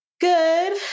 good